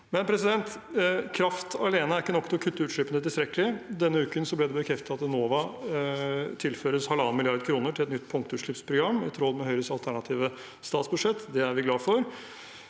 ingenting. Kraft alene er imidlertid ikke nok til å kutte utslippene tilstrekkelig. Denne uken ble det bekreftet at Enova tilføres 1,5 mrd. kr til et nytt punktutslippsprogram, i tråd med Høyres alternative statsbudsjett. Det er vi glad for.